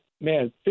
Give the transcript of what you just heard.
man